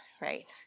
right